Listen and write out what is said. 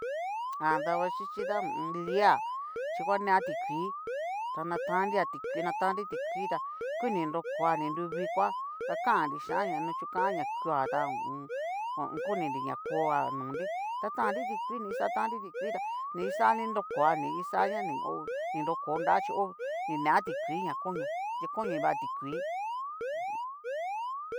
Jan dabaxhíchí ta lia, hí kua nea tikuii ta na tanria tikuii na tanri tikuii ku ni nrokoa ni nru vikoa, ta kan xhían ña a chu kan na kuea ta ho o on. koninri ña koa nonri ta tannri tikuii ni kixa tannri rikuii tá ni kixá ni nrokoa ni kixaña na ho ni nroko nra chí ho ni nea tikuii ña konia chí koniva tikuii.